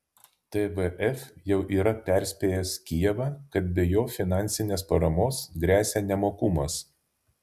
tvf jau yra perspėjęs kijevą kad be jo finansinės paramos gresia nemokumas